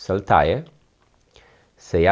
so tired say